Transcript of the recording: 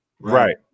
Right